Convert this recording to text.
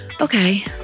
Okay